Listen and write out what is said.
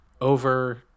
over